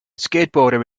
skateboarder